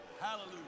Hallelujah